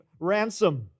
Ransom